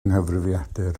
nghyfrifiadur